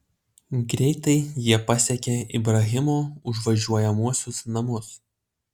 greitai jie pasiekė ibrahimo užvažiuojamuosius namus